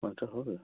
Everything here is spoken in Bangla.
পাঁচটা হবে